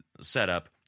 setup